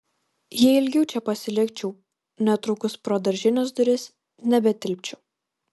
jei ilgiau čia pasilikčiau netrukus pro daržinės duris nebetilpčiau